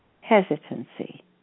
hesitancy